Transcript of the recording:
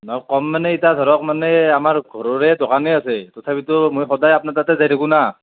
নাই কম মানে ইতা ধৰক মানে আমাৰ ঘৰৰে দোকানে আছে তথাপিতো মই সদায় আপোনাৰ তাতে যাই থাকো না